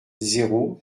zéro